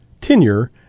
tenure